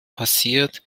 passiert